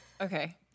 okay